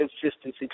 consistency